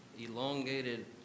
elongated